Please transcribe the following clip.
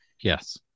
Yes